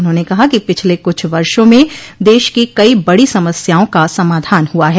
उन्होंने कहा कि पिछले कुछ वर्षो में देश की कई बड़ी समस्याओं का समाधान हुआ है